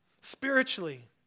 spiritually